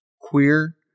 Queer